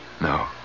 No